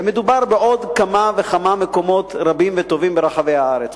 ומדובר בעוד כמה וכמה מקומות רבים וטובים ברחבי הארץ.